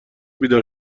بیدار